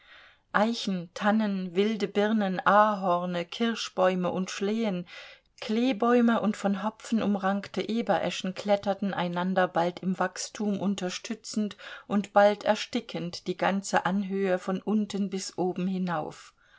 eichen tannen wilde birnen ahorne kirschbäume und schlehen kleebäume und von hopfen umrankte ebereschen kletterten einander bald im wachstum unterstützend und bald erstickend die ganze anhöhe von unten bis oben hinauf